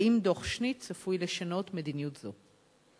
2. האם דוח-שניט צפוי לשנות מדיניות זו?